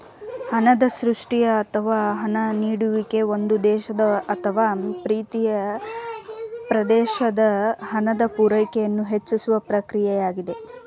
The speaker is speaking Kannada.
ಹಣದ ಸೃಷ್ಟಿಯ ಅಥವಾ ಹಣ ನೀಡುವಿಕೆ ಒಂದು ದೇಶದ ಅಥವಾ ಪ್ರೀತಿಯ ಪ್ರದೇಶದ ಹಣದ ಪೂರೈಕೆಯನ್ನು ಹೆಚ್ಚಿಸುವ ಪ್ರಕ್ರಿಯೆಯಾಗಿದೆ